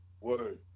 Word